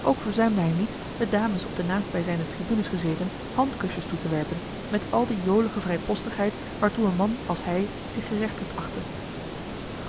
ook verzuimde hij niet de dames op de naastbijzijnde tribunes gezeten handkusjes toe te werpen met al die jolige vrijpostigheid waartoe een man als hij zich gerechtigd achtte